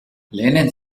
lehnen